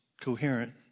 coherent